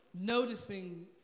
noticing